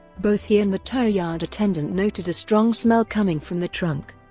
both he and the tow yard attendant noted a strong smell coming from the trunk.